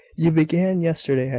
you began yesterday,